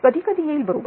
कधीकधी येईल बरोबर